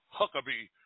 huckabee